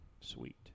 Sweet